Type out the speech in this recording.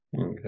okay